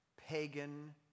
pagan